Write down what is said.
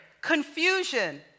confusion